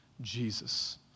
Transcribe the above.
Jesus